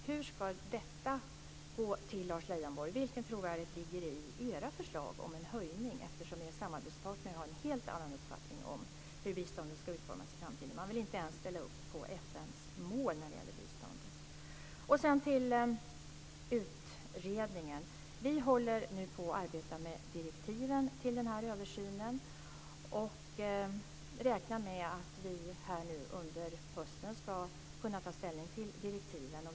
Hur ska detta gå till, Lars Leijonborg? Vilken trovärdighet ligger i ert förslag om en höjning, eftersom er samarbetspartner har en helt annan uppfattning om hur biståndet ska utformas i framtiden? Man vill inte ens ställa upp på FN:s mål för biståndet. Sedan till frågan om utredningen. Vi håller på att arbeta med direktiven till översynen. Vi räknar med att under hösten ta ställning till direktiven.